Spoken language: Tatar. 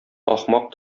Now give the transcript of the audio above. ахмак